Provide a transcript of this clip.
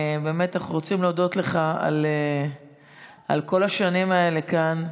באמת אנחנו רוצים להודות לך על כל השנים האלה כאן,